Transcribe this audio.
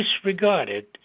disregarded